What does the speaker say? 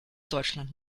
deutschland